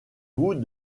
vous